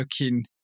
looking